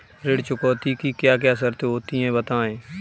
ऋण चुकौती की क्या क्या शर्तें होती हैं बताएँ?